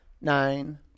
nine